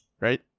Right